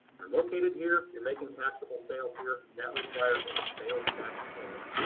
you're located here, you're making taxable sales here, that requires a sales tax permit.